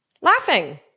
laughing